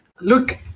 look